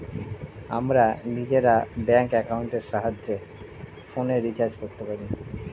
আমরা নিজেরা ব্যাঙ্ক অ্যাকাউন্টের সাহায্যে ফোনের রিচার্জ করতে পারি